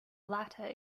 latter